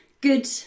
good